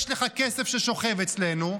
יש לך כסף ששוכב אצלנו,